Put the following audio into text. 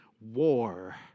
war